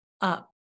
up